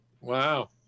wow